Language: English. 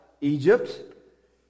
Egypt